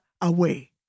away